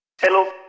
hello